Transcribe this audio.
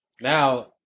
Now